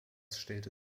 stellte